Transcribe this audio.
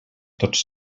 tots